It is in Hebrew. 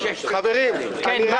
18 שנה, אתה